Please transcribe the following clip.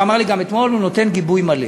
הוא אמר לי גם אתמול, הוא נותן גיבוי מלא.